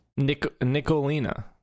Nicolina